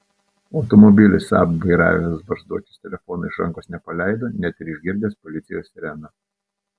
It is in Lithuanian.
automobilį saab vairavęs barzdočius telefono iš rankos nepaleido net ir išgirdęs policijos sireną